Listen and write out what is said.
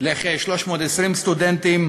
לכ-320 סטודנטים.